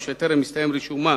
או שטרם הסתיים רישומם